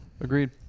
Agreed